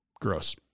Gross